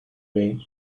way